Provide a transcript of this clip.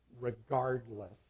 regardless